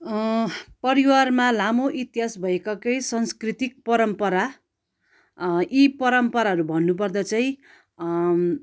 परिवारमा लामो इतिहास भएका केही सांस्कृतिक परम्परा यी परम्पराहरू भन्नु पर्दा चाहिँ